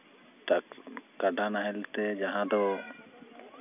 ᱠᱟᱰᱟ ᱱᱟᱦᱮᱞ ᱛᱮ ᱡᱟᱦᱟᱸ ᱫᱚ